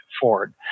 Ford